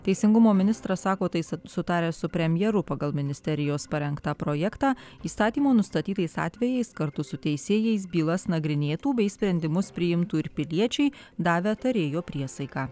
teisingumo ministras sako tai s sutaręs su premjeru pagal ministerijos parengtą projektą įstatymo nustatytais atvejais kartu su teisėjais bylas nagrinėtų bei sprendimus priimtų ir piliečiai davę tarėjo priesaiką